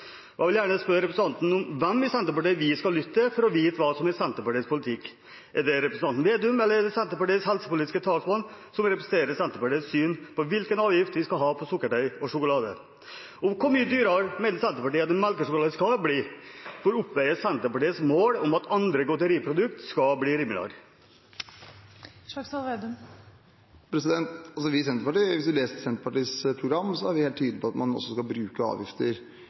Jeg vil gjerne spørre representanten om hvem i Senterpartiet vi skal lytte til for å vite hva som er Senterpartiets politikk? Er det representanten Slagsvold Vedum, eller er det Senterpartiets helsepolitiske talsmann som representerer Senterpartiets syn på hvilken avgift vi skal ha på sukkertøy og sjokolade? Hvor mye dyrere mener Senterpartiet at en melkesjokolade skal bli for å oppveie Senterpartiets mål om at andre godteriprodukt skal bli rimeligere? Hvis du leser Senterpartiets program, ser du at vi er helt tydelige på at man også skal bruke avgifter